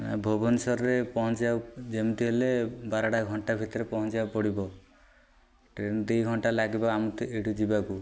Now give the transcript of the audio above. ନା ଭୁବନେଶ୍ୱରରେ ପହଞ୍ଚିବାକୁ ଯେମିତି ହେଲେ ବାରଟା ଘଣ୍ଟେ ଭିତରେ ପହଞ୍ଚିବାକୁ ପଡ଼ିବ ଟ୍ରେନ ଦୁଇ ଘଣ୍ଟା ଲାଗିବ ଆମ ଏଇଠୁ ଯିବାକୁ